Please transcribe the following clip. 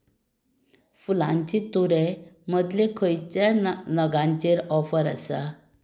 फुलांची तुरे मदलें खंयच्या नग नगांचेर ऑफर आसा